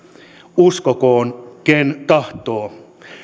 uskokoon ken tahtoo